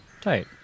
Tight